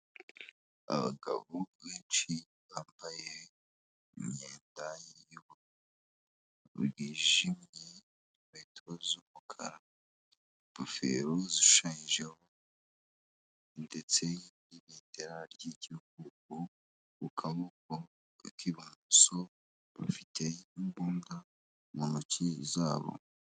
Abagabo benshi bambaye imyenda y'uburu bwijimye, inkweto z'umukara, ingofero zishushanyijeho ndetse n'ibendera ry'igihugu, ku kaboko k'ibumoso bafite imbunda mu ntoki zabo.